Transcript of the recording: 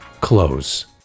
CLOSE